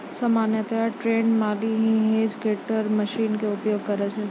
सामान्यतया ट्रेंड माली हीं हेज कटर मशीन के उपयोग करै छै